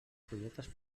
projectes